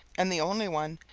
and the only one.